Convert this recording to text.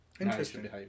Interesting